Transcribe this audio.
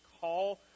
call